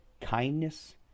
kindness